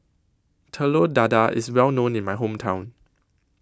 Telur Dadah IS Well known in My Hometown